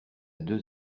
deux